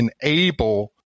enable